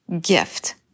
gift